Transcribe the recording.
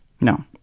No